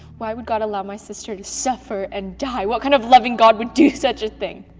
why would god allow my sister to suffer and die? what kind of loving god would do such a thing?